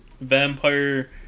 vampire